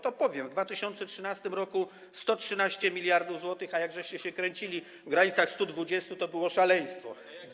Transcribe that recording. To powiem: w 2013 r. - 113 mld zł, a jakżeście się kręcili w granicach 120, to było szaleństwo.